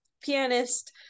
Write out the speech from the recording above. pianist